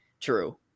true